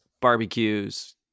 barbecues